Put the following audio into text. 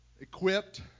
equipped